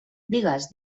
digues